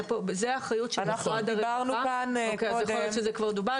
יכול להיות שזה כבר דובר,